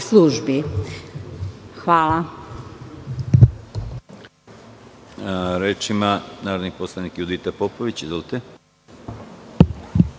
službi. Hvala.